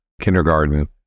kindergarten